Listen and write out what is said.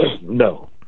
no